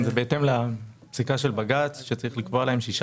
זה בהתאם לפסיקת בג"ץ שצריך לקבוע להם 16